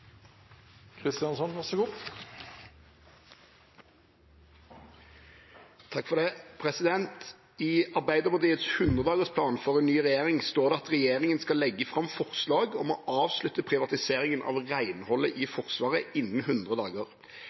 for en ny regjering står det at regjeringen skal legge frem forslag om å avslutte privatiseringen av renholdet i Forsvaret innen 100